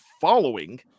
following